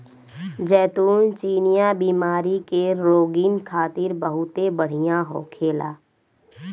जैतून चिनिया बीमारी के रोगीन खातिर बहुते बढ़िया होखेला